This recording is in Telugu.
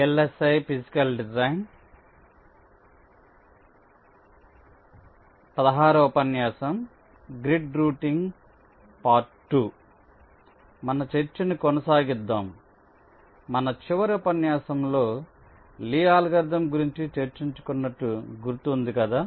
మన చర్చను కొనసాగిద్దాం మన చివరి ఉపన్యాసంలో లీ అల్గోరిథం గురించి చర్చించు కొన్నట్లు గుర్తు ఉంది కదా